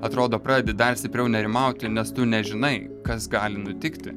atrodo pradedi dar stipriau nerimauti nes tu nežinai kas gali nutikti